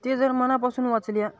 ते जर मनापासून वाचल्या